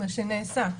מה שבאמת נעשה.